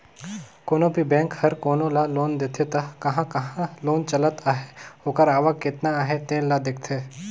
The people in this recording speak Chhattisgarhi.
कोनो भी बेंक हर कोनो ल लोन देथे त कहां कहां लोन चलत अहे ओकर आवक केतना अहे तेन ल देखथे